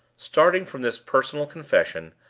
starting from this personal confession,